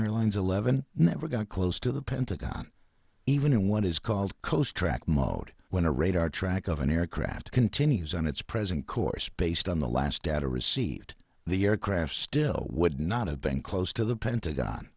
airlines eleven never got close to the pentagon even in what is called coast track mode when a radar track of an aircraft continues on its present course based on the last data received the aircraft still would not have been close to the pentagon